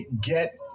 get